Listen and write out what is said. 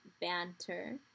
banter